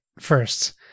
first